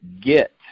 get